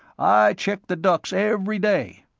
i check the ducts every day.